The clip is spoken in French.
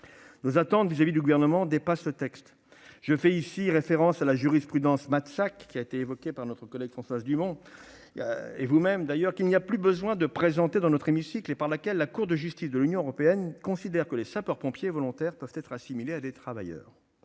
Nos attentes vis-à-vis du Gouvernement dépassent ce texte. Je fais ici référence à la jurisprudence- évoquée par notre collègue Françoise Dumont et par vous, madame la ministre -qu'il n'est plus besoin de présenter dans notre hémicycle et par laquelle la Cour de justice de l'Union européenne considère que les sapeurs-pompiers volontaires peuvent être assimilés à des travailleurs.